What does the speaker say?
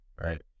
right